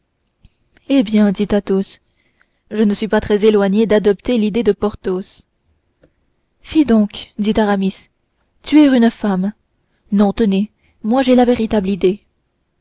eh bien dit athos je ne suis pas très éloigné d'adopter l'idée de porthos fi donc dit aramis tuer une femme non tenez moi j'ai la véritable idée